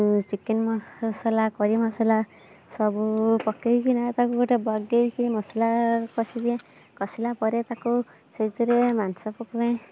chicken ମସଲା କରି ମସଲା ସବୁ ପକାଇକିନା ତାକୁ ଗୋଟେ ବାଗେଇକି ମସଲା କଷି ଦିଏ କଷିଲା ପରେ ତାକୁ ସେଇଥିରେ ମାଂସ ପକାଏ